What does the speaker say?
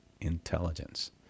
intelligence